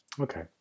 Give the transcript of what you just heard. okay